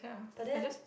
but then